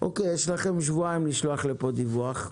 יש לכם שבועיים לשלוח לפה דיווח.